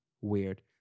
Weird